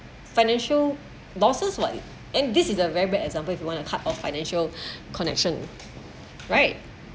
financial losses what and this is a very bad example if you want to cut off financial connection right